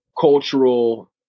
cultural